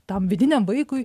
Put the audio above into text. tam vidiniam vaikui